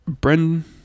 brendan